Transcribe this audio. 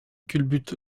culbute